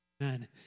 Amen